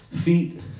Feet